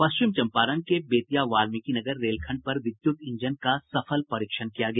पश्चिम चंपारण के बेतिया वाल्मीकिनगर रेलखंड पर विद्युत इंजन का सफल परीक्षण किया गया